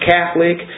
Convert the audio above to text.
Catholic